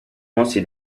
mossi